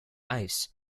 ice